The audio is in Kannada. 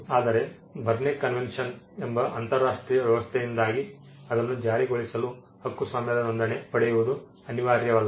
ಆದರೆ ಬರ್ನ್ ಕನ್ವೆನ್ಷನ್ ಎಂಬ ಅಂತರರಾಷ್ಟ್ರೀಯ ವ್ಯವಸ್ಥೆಯಿಂದಾಗಿ ಅದನ್ನು ಜಾರಿಗೊಳಿಸಲು ಹಕ್ಕುಸ್ವಾಮ್ಯದ ನೋಂದಣಿ ಪಡೆಯುವುದು ಅನಿವಾರ್ಯವಲ್ಲ